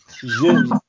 Je